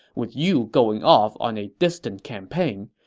with you going off on a distant campaign,